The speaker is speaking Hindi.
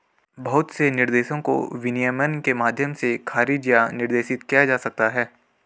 बहुत से निर्देशों को विनियमन के माध्यम से खारिज या निर्देशित किया जा सकता है